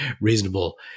reasonable